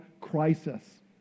crisis